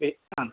eight ആ